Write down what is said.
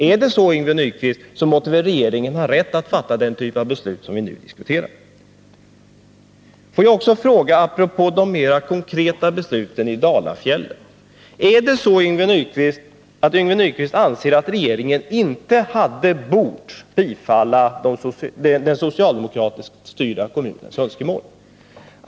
Om det är så, Yngve Nyquist, måtte väl regeringen ha rätt att fatta den typ av beslut som vi nu diskuterar? Får jag också apropå de mer konkreta besluten om Dalafjällen fråga: Anser Yngve Nyquist att regeringen inte hade bort bifalla den socialdemokratiskt styrda kommunens önskemål?